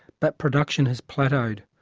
but production has plateaued.